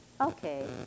Okay